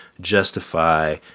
justify